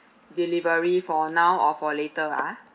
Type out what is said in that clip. delivery for now or for later ah